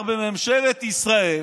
בממשלת ישראל